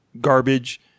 garbage